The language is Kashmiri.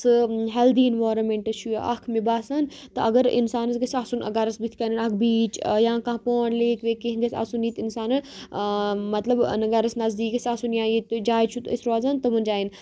سُہ ہٮ۪لدی اِنوارَمٮ۪نٹہٕ چھُ یہِ اکھ مےٚ باسان تہٕ اگر اِنسانَس گَژھِ آسُن گَرَس بُتھ کَنٮ۪ن اَکھ بیٖچ یا کانٛہہ پانٛڈ لیک ویک کیٚنٛہہ گَژھِ آسُن ییٚتہِ اِنسَان مَطلب گَرَس نٔزدیٖک گژھِ آسُن یا ییٚتہِ جایہِ چھُ أسۍ روزان تِمَن جایَن